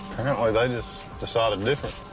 just decided different.